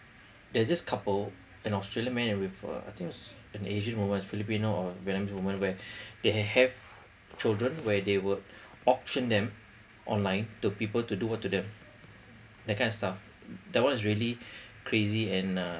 they're just couple an australian man and with a I think it's an asian woman it's filipino or vietnamese woman where they have children where they will auction them online to people to do what to them that kind of stuff that one is really crazy and uh